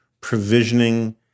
provisioning